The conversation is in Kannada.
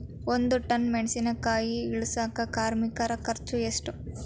ಒಂದ್ ಟನ್ ಮೆಣಿಸಿನಕಾಯಿ ಇಳಸಾಕ್ ಕಾರ್ಮಿಕರ ಖರ್ಚು ಎಷ್ಟು?